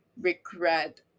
regret